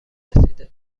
رسیده